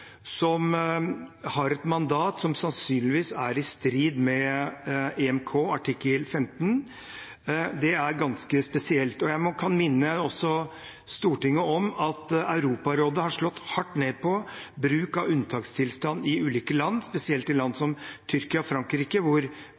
som har et mandat som sannsynligvis er i strid med EMK artikkel 15. Det er ganske spesielt. Jeg kan også minne Stortinget om at Europarådet har slått hardt ned på bruk av unntakstilstand i ulike land, spesielt i land som Tyrkia og Frankrike, hvor